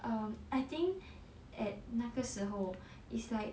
um I think at 那个时候 is like